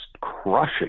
crushing